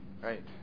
Right